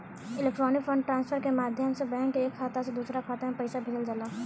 electronic fund transfer के माध्यम से बैंक के एक खाता से दूसरा खाता में पईसा भेजल जाला